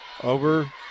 Over